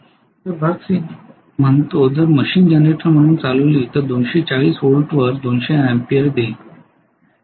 तर भाग C म्हणतो जर मशीन जनरेटर म्हणून चालविली तर 240 व्होल्टवर 200 अँपिअर देईल